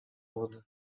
wodę